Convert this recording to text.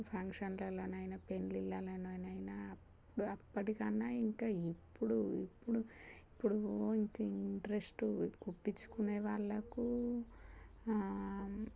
ఫంక్షన్లలోనైనా పెండ్లిలలోనైనా అప్పటికైనా ఇంకా ఎప్పుడు ఎప్పుడు ఎప్పుడో అయితే ఇంట్రెస్టు కుట్టించుకునే వాళ్ళకు